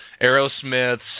Aerosmith's